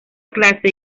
clase